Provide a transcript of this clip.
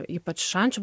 ypač šančių